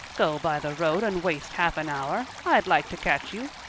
go by the road and waste half an hour! i'd like to catch you!